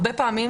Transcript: הרבה פעמים,